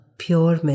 Pure